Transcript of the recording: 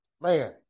man